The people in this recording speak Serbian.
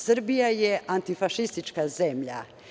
Srbija je antifašistička zemlja.